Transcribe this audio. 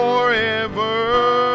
Forever